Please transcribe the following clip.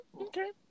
okay